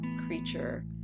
creature